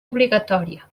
obligatòria